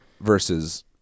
versus